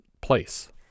place